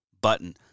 button